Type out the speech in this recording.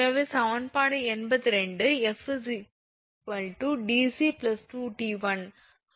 எனவே சமன்பாடு 82 𝐹 𝑑𝑐2𝑡1 100𝑝 𝐾𝑔𝑚